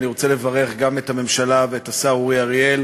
אני רוצה לברך גם את הממשלה ואת השר אורי אריאל